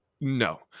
No